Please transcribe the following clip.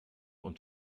und